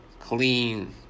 clean